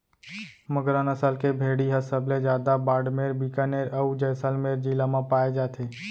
मगरा नसल के भेड़ी ह सबले जादा बाड़मेर, बिकानेर, अउ जैसलमेर जिला म पाए जाथे